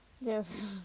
yes